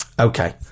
Okay